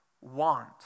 want